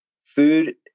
food